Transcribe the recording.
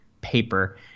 paper